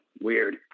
Weird